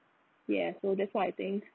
yeah so that's why I think